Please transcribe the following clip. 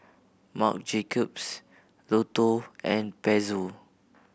Marc Jacobs Lotto and Pezzo